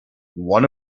one